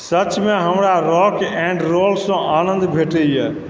सचमे हमरा rock and रोलसँ आनन्द भेंटयए